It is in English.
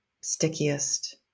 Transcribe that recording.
stickiest